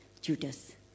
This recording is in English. Judas